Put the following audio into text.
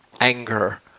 anger